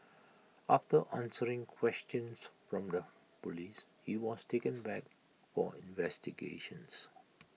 after answering questions from the Police he was taken back for investigations